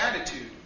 attitude